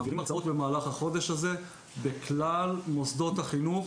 מעבירים הרצאות במהלך החודש הזה בכלל מוסדות החינוך